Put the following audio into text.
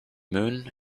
moon